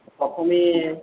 প্রথমে